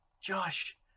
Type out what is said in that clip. Josh